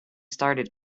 started